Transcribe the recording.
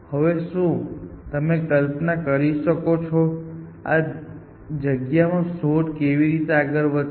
હવે શું તમે કલ્પના કરી શકો છો કે આ જગ્યામાં શોધ કેવી રીતે આગળ વધશે